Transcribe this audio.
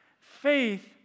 Faith